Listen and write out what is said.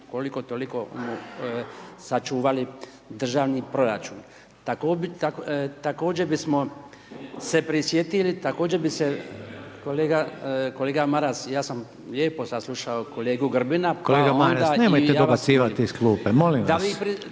koliko toliko sačuvali državni proračun. Također bismo se prisjetili, također bi se, kolega Maras, ja sam lijepo saslušao kolegu Grbina pa onda i ja vas…,